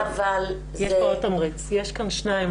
עאידה, יש פה עוד תמריץ, יש כאן שניים.